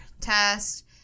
test